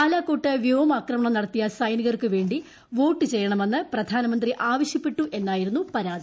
ബാലാക്കോട്ട് വ്യോമാക്രമണം നടത്തിയ സൈനികർക്കുവേണ്ടി വോട്ട് ചെയ്യണമെന്ന് പ്രധാനമന്ത്രി ആവശ്യപ്പെട്ടു എന്നായിരുന്നു പരാതി